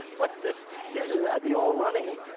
but this this is not the old running.